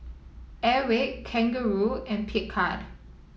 Airwick Kangaroo and Picard